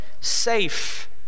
safe